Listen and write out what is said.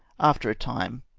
after a time,